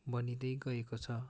बनिँदै गएको छ